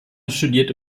studierte